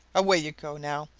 away you go, now,